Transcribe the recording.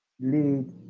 Lead